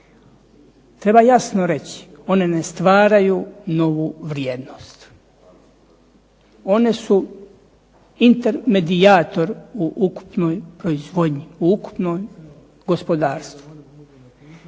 Treba jasno reći one ne stvaraju novu vrijednost. One su intermedijator u ukupnoj proizvodnji, u ukupnom gospodarstvu.